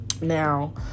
now